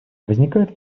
возникает